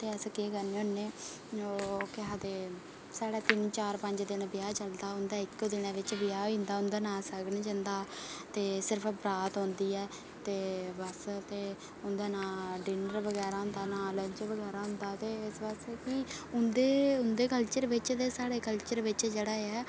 ते अस केह् करने होन्ने ओह् केह् आखदे साढ़े तिन चार पंज दिन ब्याह् चलदा उंदे इक्क दिनै च ब्याह् होई जंदा ते उंदे ना सगन जंदा ते सिर्फ बरात औंदी ऐ ते बस ते हून उंदे ना ़डिनर बगैरा होंदा ते ना लंच बगैरा ते भी इस बास्तै उंदे कल्चर बिच ते साढ़े कल्चर बिच जेह्ड़ा ऐ